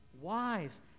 wise